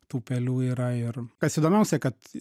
tų pelių yra ir kas įdomiausia kad